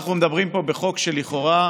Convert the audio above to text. אנחנו מדברים פה בחוק שלכאורה,